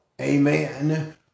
amen